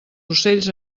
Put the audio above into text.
ocells